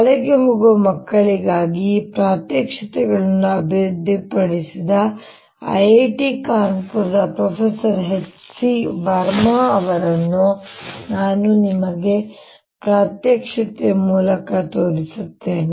ಶಾಲೆಗೆ ಹೋಗುವ ಮಕ್ಕಳಿಗಾಗಿ ಈ ಪ್ರಾತ್ಯಕ್ಷಿಕೆಗಳನ್ನು ಅಭಿವೃದ್ಧಿಪಡಿಸಿದ ಐಐಟಿ ಕಾನ್ಪುರದ ಪ್ರೊಫೆಸರ್ ಎಚ್ ಸಿ ವರ್ಮಾ ಅವರನ್ನು ನಾನು ನಿಮಗೆ ಪ್ರಾತ್ಯಕ್ಷಿಕೆಯ ಮೂಲಕ ತೋರಿಸುತ್ತೇನೆ